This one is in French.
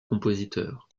compositeurs